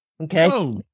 Okay